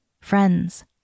Friends